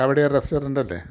Kowdiar restaurant അല്ലേ